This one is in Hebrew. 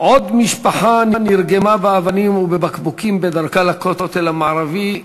עוד משפחה נרגמה באבנים ובבקבוקים בדרכה לכותל המערבי,